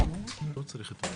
אני אשמח לשמוע את שרית צרפתי,